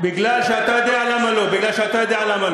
אתה יודע שז'בוטינסקי אמר, אתה יודע למה לא.